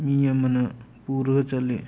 ꯃꯤ ꯑꯃꯅ ꯄꯨꯔꯒ ꯆꯠꯂꯤ